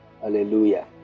Hallelujah